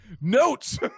notes